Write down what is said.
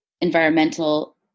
environmental